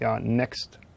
next